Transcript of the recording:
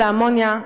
של האמוניה,